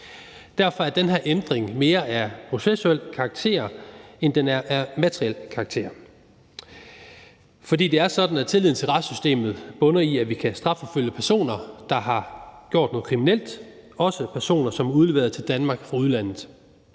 Derfor er den her ændring mere af processuel karakter, end den er af materiel karakter. For det er sådan, at tilliden til retssystemet bunder i, at vi kan strafforfølge personer, der har gjort noget kriminelt, også personer, som er udleveret til Danmark fra udlandet.